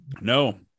No